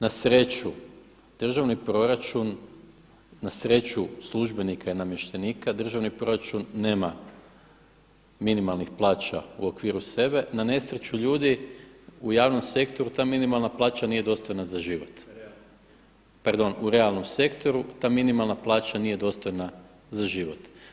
Na sreću državni proračun, na sreću službenika i namještenika državni proračun nema minimalnih plaća u okviru sebe, na nesreću ljudi u javnom sektoru ta minimalna plaća nije dostojna za život, pardon u realnom sektoru ta minimalna plaća nije dostojna za život.